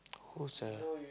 who's a